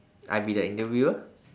I be the interviewer